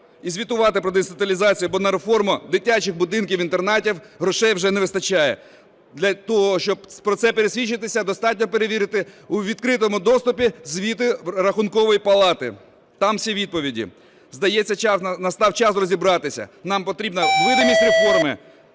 і звітувати про деінституалізацію. Бо на реформу дитячих будинків-інтернатів грошей вже не вистачає. Для того, щоб в цьому пересвідчитись, достатньо перевірити у відкритому доступі звіти Рахункової палати, там всі відповіді. Здається настав час розібратися: нам потрібна видимість реформи